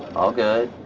all good,